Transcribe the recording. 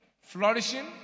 flourishing